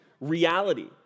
reality